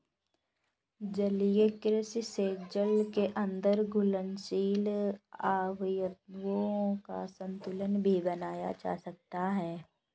जलीय कृषि से जल के अंदर घुलनशील अवयवों का संतुलन भी बनाया जा सकता है